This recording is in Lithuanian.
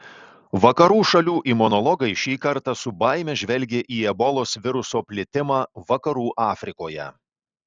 vakarų šalių imunologai šį kartą su baime žvelgė į ebolos viruso plitimą vakarų afrikoje